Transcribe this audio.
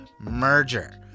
merger